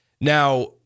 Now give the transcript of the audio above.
Now